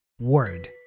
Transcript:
word